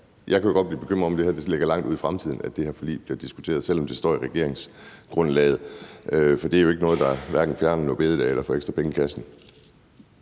er, at jeg godt kan blive bekymret for, om det ligger langt ude i fremtiden, at det her forlig bliver diskuteret, selv om det står i regeringsgrundlaget. For det er jo ikke noget, der hverken fjerner en store bededag eller får ekstra penge i kassen.